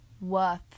worth